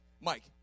Mike